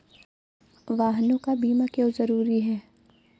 वाहनों का बीमा क्यो जरूरी है?